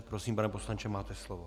Prosím, pane poslanče, máte slovo.